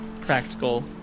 practical